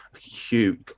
huge